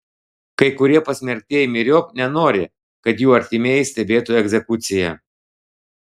kai kurie pasmerktieji myriop nenori kad jų artimieji stebėtų egzekuciją